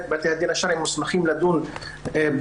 בתי הדין השרעיים מוסמכים לדון בעניינים